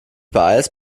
beeilst